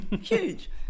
Huge